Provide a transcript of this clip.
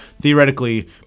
theoretically